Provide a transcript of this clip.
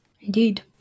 Indeed